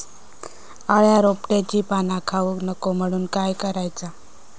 अळ्या रोपट्यांची पाना खाऊक नको म्हणून काय करायचा?